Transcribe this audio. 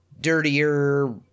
dirtier